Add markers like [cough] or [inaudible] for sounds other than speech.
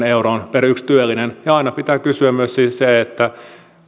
[unintelligible] euroon per yksi työllinen aina pitää kysyä myös että